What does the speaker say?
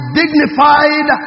dignified